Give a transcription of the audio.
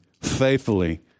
faithfully